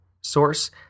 source